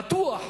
בטוח.